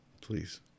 Please